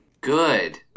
Good